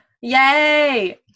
yay